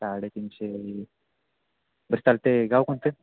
साडे तीनशे बरं चालते गाव कोणते